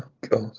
God